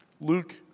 Luke